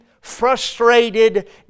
frustrated